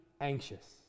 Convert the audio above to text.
anxious